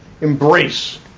embrace